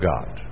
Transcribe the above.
God